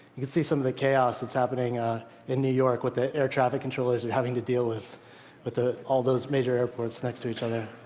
you can see some of the chaos that's happening ah in new york with the air traffic controllers and having to deal with with all those major airports next to each other.